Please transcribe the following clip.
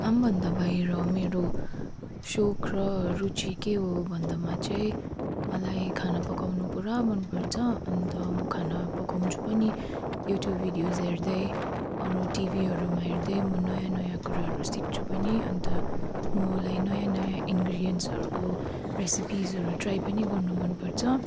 काम भन्दा बाहिर मेरो सोख र रुचि के हो भन्दामा चाहिँ मलाई खाना पकाउनु पुरा मनपर्छ अन्त म खाना पकाउँछु पनि युट्युब भिडियोज हेर्दै अरू टिभीहरूमा हेर्दै म नयाँ नयाँ कुराहरू सिक्छु पनि अन्त मलाई नयाँ नयाँ इन्ग्रिडियन्सहरूको रेसिपिजहरू ट्राई पनि गर्नु मनपर्छ